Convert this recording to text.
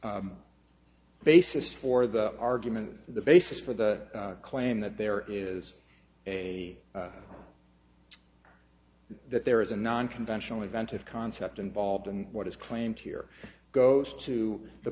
basis for the argument the basis for the claim that there is a that there is a non conventional inventive concept involved in what is claimed here goes to the